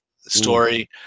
story